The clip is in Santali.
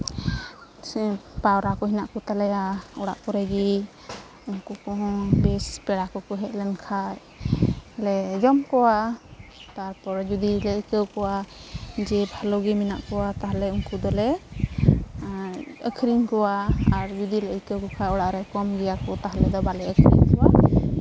ᱥᱮ ᱯᱟᱣᱨᱟ ᱠᱚ ᱦᱮᱱᱟᱜ ᱠᱚ ᱛᱟᱞᱮᱭᱟ ᱚᱲᱟᱜ ᱠᱚᱨᱮ ᱜᱮ ᱩᱱᱠᱩ ᱠᱚ ᱦᱚᱸ ᱵᱮᱥ ᱯᱮᱲᱧ ᱠᱚᱠᱚ ᱦᱮᱡ ᱞᱮᱱᱠᱷᱟᱡ ᱞᱮ ᱡᱚᱢ ᱠᱚᱣᱟ ᱛᱟᱨᱯᱚᱨᱮ ᱡᱚᱫᱤ ᱞᱮ ᱟᱹᱭᱠᱟᱹᱣ ᱠᱚᱣᱟ ᱡᱮ ᱵᱷᱟᱞᱮ ᱜᱮ ᱢᱮᱱᱟᱜ ᱠᱚᱣᱟ ᱛᱟᱦᱚᱞᱮ ᱩᱱᱠᱩ ᱫᱚᱞᱮ ᱟᱹᱠᱷᱨᱤᱧ ᱠᱚᱣᱟ ᱟᱨ ᱡᱚᱫᱤ ᱞᱮ ᱟᱹᱭᱠᱟᱹᱣ ᱠᱚ ᱠᱷᱟᱡ ᱚᱲᱟᱜ ᱨᱮ ᱠᱚᱢ ᱜᱮᱭᱟ ᱠᱚ ᱛᱟᱦᱚᱞᱮ ᱫᱚ ᱵᱟᱞᱮ ᱟᱹᱠᱷᱨᱤᱧ ᱠᱚᱣᱟ